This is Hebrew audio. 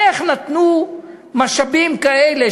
איך נתנו משאבים כאלה,